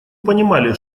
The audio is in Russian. понимали